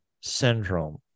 syndrome